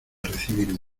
recibirme